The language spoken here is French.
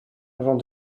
avant